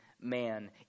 man